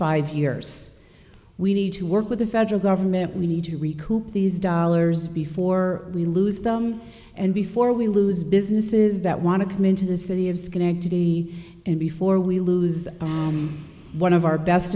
five years we need to work with the federal government we need to recruit these dollars before we lose them and before we lose businesses that want to come into the city of schenectady and before we lose one of our best